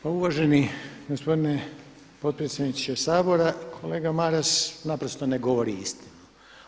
Pa uvaženi gospodine potpredsjedniče Sabora kolega Maras napravo ne govori istinu.